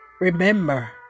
Remember